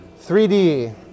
3D